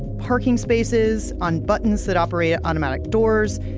parking spaces, on buttons that operate automatic doors,